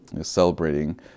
celebrating